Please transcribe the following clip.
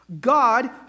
God